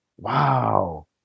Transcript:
Wow